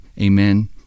amen